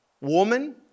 Woman